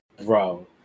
bro